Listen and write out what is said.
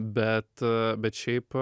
bet bet šiaip